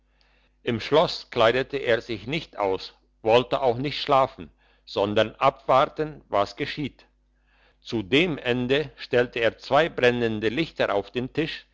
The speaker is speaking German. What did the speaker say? im schloss kleidete er sich nicht aus wollte auch nicht schlafen sondern abwarten was geschieht zu dem ende stellte er zwei brennende lichter auf den tisch